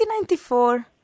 1994